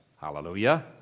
hallelujah